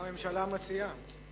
מה הממשלה מציעה?